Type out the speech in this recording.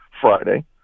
Friday